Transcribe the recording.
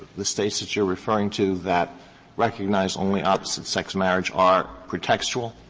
the states that you're referring to that recognize only opposite-sex marriage are pretextual?